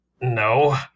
No